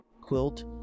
quilt